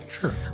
Sure